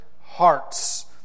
hearts